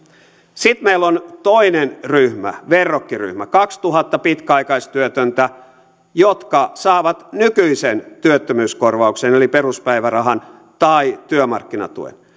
sitten meillä on toinen ryhmä verrokkiryhmä kaksituhatta pitkäaikaistyötöntä jotka saavat nykyisen työttömyyskorvauksen eli peruspäivärahan tai työmarkkinatuen